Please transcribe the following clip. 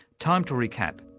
time to recap.